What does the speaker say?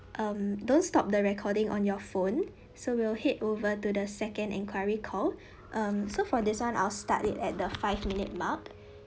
um don't stop the recording on your phone so we'll head over to the second inquiry call um so for this one I'll start it at the five minute mark